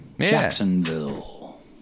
Jacksonville